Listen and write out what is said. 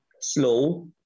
slow